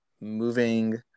moving